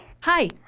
Hi